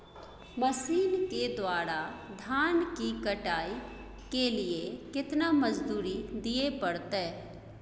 Machine के द्वारा धान की कटाइ के लिये केतना मजदूरी दिये परतय?